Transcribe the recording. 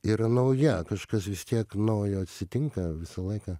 yra nauja kažkas vis tiek naujo atsitinka visą laiką